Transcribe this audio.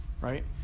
right